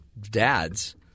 dads